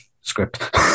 Script